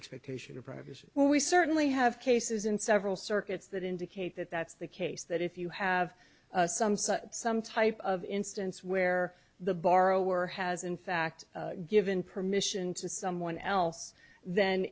expectation of privacy when we certainly have cases in several circuits that indicate that that's the case that if you have some such some type of instance where the borrower has in fact given permission to someone else then